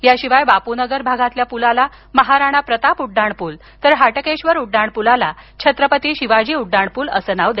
या शिवाय बापूनगर भागातील पुलाला महाराणा प्रताप उड्डाण पूल तर हटकेश्वर उड्डाण पुलाला छत्रपती शिवाजी उड्डाण पूल अस नाव देण्यात आल आहे